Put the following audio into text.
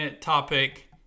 topic